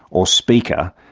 or speaker,